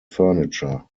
furniture